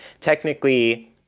Technically